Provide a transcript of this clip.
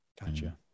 Gotcha